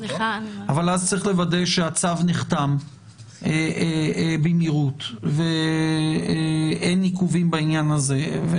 אבל אז צריך לוודא שהצו נחתם במהירות ואין עיכובים בעניין הזה.